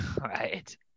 right